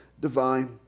divine